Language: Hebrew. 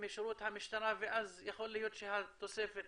משירות המשטרה ואז יכול להיות שהתוספת